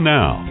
Now